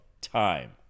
time